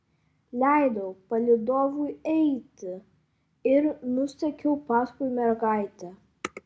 leidau palydovui eiti ir nusekiau paskui mergaitę